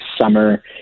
summer